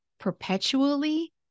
perpetually